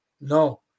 No